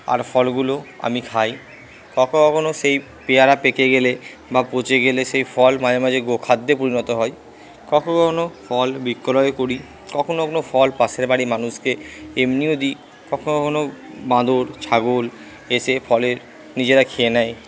আর ফলগুলো আমি খাই কখনো কখনো সেই পেয়ারা পেকে গেলে বা পচে গেলে সেই ফল মাঝে মাঝে গো খাদ্যে পরিণত হয় কখনো কখনো ফল বিক্রয় করি কখনো কখনো ফল পাশের বাড়ির মানুষকে এমনিও দিই কখনো কখনো বাঁদর ছাগল এসে ফলের নিজেরা খেয়ে নেয়